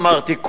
אמרתי,